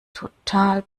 total